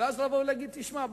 ואז לבוא ולהגיד: תשמע,